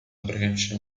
apprehension